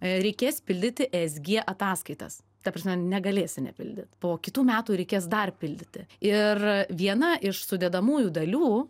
reikės pildyti s g ataskaitas ta prasme negalėsi nepildyt po kitų metų reikės dar pildyti ir viena iš sudedamųjų dalių